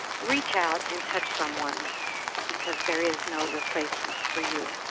reach out and touch someone because there is no replacement for you.